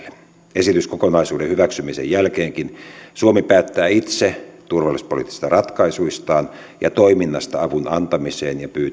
esityskokonaisuuden hyväksymisen jälkeenkin suomi päättää itse turvallisuuspoliittisista ratkaisuistaan ja toiminnasta avun antamiseen ja